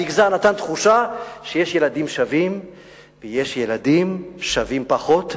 המגזר נתן תחושה שיש ילדים שווים ויש ילדים שווים פחות,